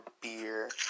beer